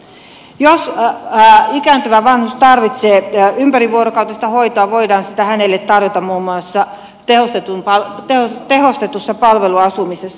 jos ikääntyvä vanhus tarvitsee ympärivuorokautista hoitoa voidaan sitä hänelle tarjota muun muassa tehostetussa palveluasumisessa